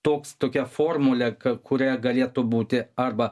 toks tokia formulė kuria galėtų būti arba